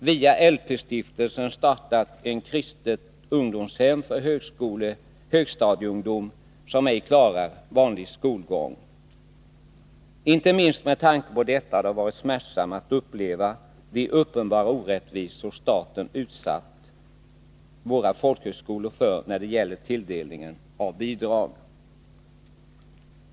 Via LP-Stiftelsen startat ett kristet ungdomshem för högstadieungdomar som ej klarar av vanlig skolgång. Inte minst med tanke på detta har det varit smärtsamt att uppleva de uppenbara orättvisor staten utsatt våra folkhögskolor för när det gäller tilldelningen av bidrag.